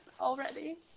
already